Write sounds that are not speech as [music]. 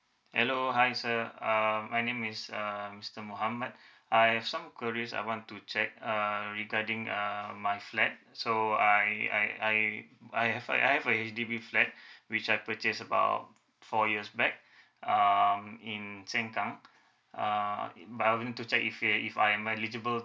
hello hi sir uh my name is um mister mohammad I've some curious I want to check err regarding err my flat so I I I I have I have a H_D_B flat [breath] which I purchase about four years back um in sengkang uh it but I want to check if uh if I'm eligible